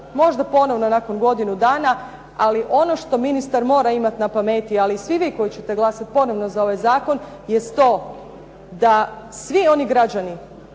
možda ponovno nakon godinu dana, ali ono što ministar mora imati na pameti, ali i svi vi koji ćete glasati ponovno za ovaj zakon jest to da svi oni građani